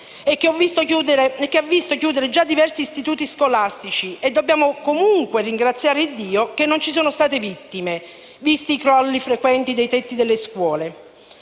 e che ha visto chiudere già diversi istituti scolastici. Dobbiamo comunque ringraziare Dio che non ci sono state vittime, visti i crolli frequenti dei tetti delle scuole.